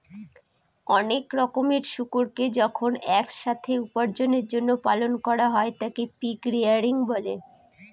অনেক রকমের শুকুরকে যখন এক সাথে উপার্জনের জন্য পালন করা হয় তাকে পিগ রেয়ারিং বলে